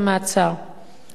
ולפנים משורת הדין,